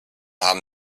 haben